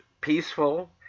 peaceful